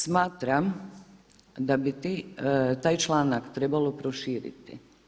Smatram da bi taj članak trebalo proširiti.